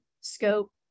scope